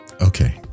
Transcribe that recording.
okay